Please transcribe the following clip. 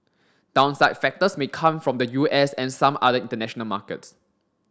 downside factors may come from the U S and some other international markets